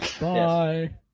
Bye